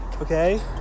Okay